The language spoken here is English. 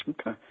Okay